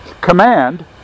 command